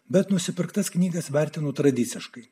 bet nusipirktas knygas vertino tradiciškai